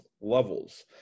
levels